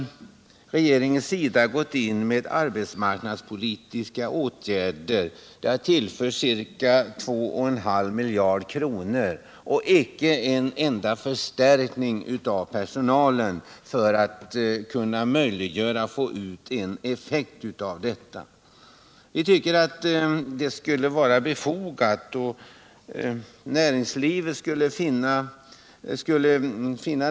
Regeringen har för olika arbetsmarknadspolitiska åtgärder satsat ytterligare ca 2,5 miljarder kronor, men ingen som helst förstärkning av personalen har skett för att man skall kunna få någon effekt av denna satsning. Vi tycker att det vore befogat med en förstärkning.